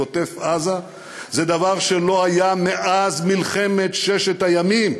עוטף עזה זה דבר שלא היה מאז מלחמת ששת הימים.